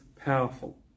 powerful